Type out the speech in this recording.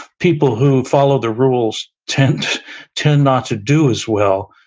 people who follow the rules, tend tend not to do as well.